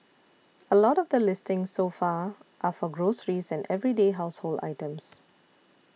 a lot of the listings so far are for groceries and everyday household items